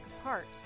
apart